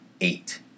eight